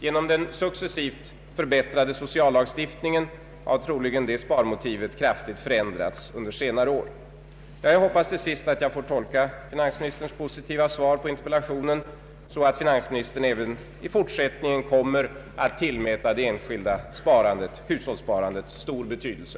Genom den successivt förbättrade sociallagstiftningen har troligen det sparmotivet förändrats kraftigt under senare år. Till sist hoppas jag att jag får tolka finansministerns positiva svar på interpellationen så att finansministern även i fortsättningen kommer att tillmäta det enskilda sparandet — hushållssparandet — stor betydelse.